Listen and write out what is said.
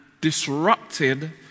disrupted